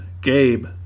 Gabe